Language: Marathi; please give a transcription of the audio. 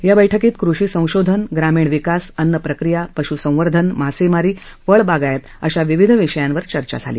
या बैठकीत कृषी संशोधन ग्रामीण विकास अन्न प्रक्रिया पश्संवर्धन मासेमारी फळबागायत अशा विविध विषयांवर या बैठकीत चर्चा झाली